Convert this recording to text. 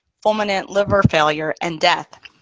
fulminant liver failure and death.